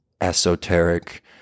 esoteric